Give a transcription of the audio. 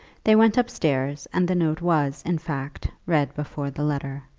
they went upstairs, and the note was, in fact, read before the letter.